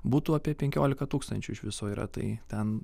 butų apie penkiolika tūkstančių iš viso yra tai ten